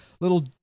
little